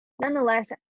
nonetheless